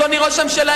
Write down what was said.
אדוני ראש הממשלה,